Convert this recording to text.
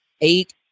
eight